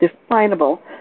definable